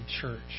church